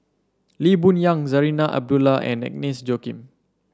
Lee Boon Yang Zarinah Abdullah and Agnes Joaquim